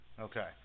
Okay